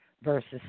versus